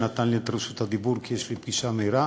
שנתן לי את רשות הדיבור כי יש לי פגישה דחופה.